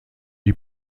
die